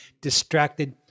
distracted